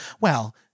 Well-